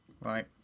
Right